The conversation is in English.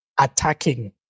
attacking